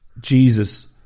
Jesus